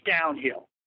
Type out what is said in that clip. downhill